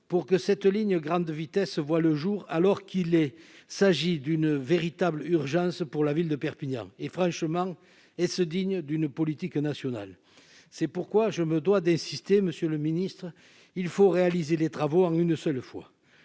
pour que cette ligne grande vitesse voit le jour alors qu'il est s'agit d'une véritable urgence pour la ville de Perpignan et franchement est-ce digne d'une politique nationale, c'est pourquoi je me dois d'insister monsieur le ministre, il faut réaliser les travaux en une seule fois